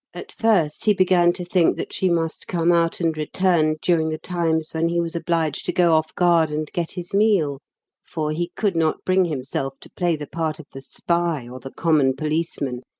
at first, he began to think that she must come out and return during the times when he was obliged to go off guard and get his meal for he could not bring himself to play the part of the spy or the common policeman,